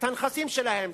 את הנכסים שלהם.